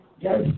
Yes